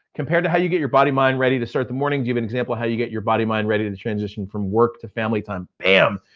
compared to how you get your body mind ready to start the morning, give an example how do you get your body mind ready to to transition from work to family time. bam!